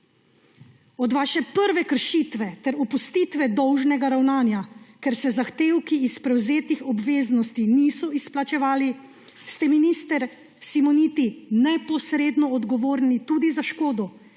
Od vaše prve kršitve ter opustitve dolžnega ravnanja, ker se zahtevki iz prevzetih obveznosti niso izplačevali, ste, minister Simoniti, neposredno odgovorni tudi za škodo,